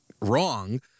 wrong